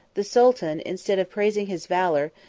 the sultan, instead of praising his valor,